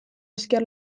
esker